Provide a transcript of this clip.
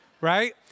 Right